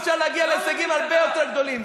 אפשר להגיע להישגים הרבה יותר גדולים.